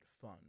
Fun